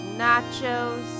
nachos